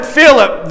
Philip